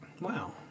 Wow